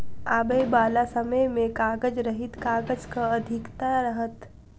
आबयबाला समय मे कागज रहित काजक अधिकता रहत